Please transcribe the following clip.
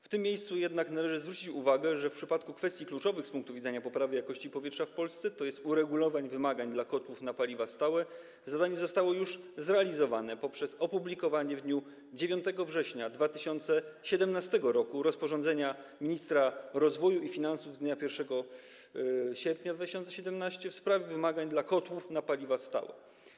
W tym miejscu jednak należy zwrócić uwagę, że w przypadku kwestii kluczowych z punktu widzenia poprawy jakości powietrza w Polsce, tj. uregulowań wymagań dla kotłów na paliwa stałe, zadanie zostało już zrealizowane poprzez opublikowanie w dniu 9 września 2017 r. rozporządzenia ministra rozwoju i finansów z dnia 1 sierpnia 2017 r. w sprawie wymagań dla kotłów na paliwa stałe.